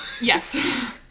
yes